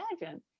imagine